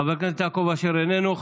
חבר הכנסת יעקב אשר, איננו.